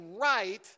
right